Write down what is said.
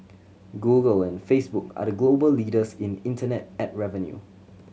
Google and Facebook are the global leaders in internet ad revenue